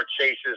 Chases